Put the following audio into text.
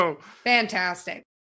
Fantastic